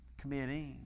committing